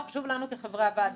וחשוב לנו כחברי הוועדה.